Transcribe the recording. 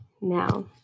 now